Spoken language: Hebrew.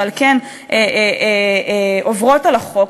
ועל כן עוברות על החוק,